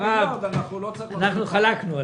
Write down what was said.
אנחנו חלקנו עליו.